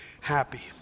happy